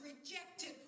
rejected